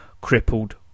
Crippled